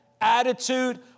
attitude